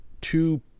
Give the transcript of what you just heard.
two